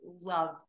love